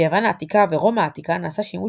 ביוון העתיקה ורומא העתיקה נעשה שימוש